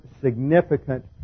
significant